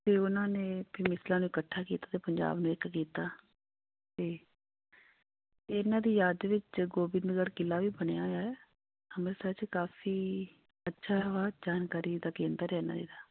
ਅਤੇ ਉਹਨਾਂ ਨੇ ਫਿਰ ਮਿਸਲਾਂ ਨੂੰ ਇਕੱਠਾ ਕੀਤਾ ਅਤੇ ਪੰਜਾਬ ਨੂੰ ਇੱਕ ਕੀਤਾ ਅਤੇ ਇਹਨਾਂ ਦੀ ਯਾਦ ਵਿੱਚ ਗੋਬਿੰਦਗੜ੍ਹ ਕਿਲ੍ਹਾ ਵੀ ਬਣਿਆ ਹੋਇਆ ਅੰਮ੍ਰਿਤਸਰ 'ਚ ਕਾਫੀ ਅੱਛਾ ਵਾ ਜਾਣਕਾਰੀ ਦਾ ਕੇਂਦਰ ਇਹਨਾਂ ਦੀ ਦਾ